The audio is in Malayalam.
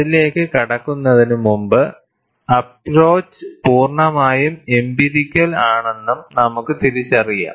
അതിലേക്ക് കടക്കുന്നതിന് മുമ്പ് അപ്പ്റോച്ച് പൂർണ്ണമായും എംപിരിക്കൽ ആണെന്നും നമുക്ക് തിരിച്ചറിയാം